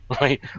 right